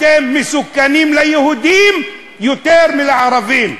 אתם מסוכנים ליהודים יותר מלערבים.